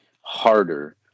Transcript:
harder